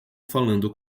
falando